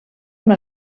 una